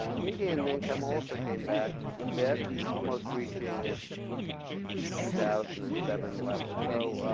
um median income also came back a bit, almost reaching its two thousand and seven level. so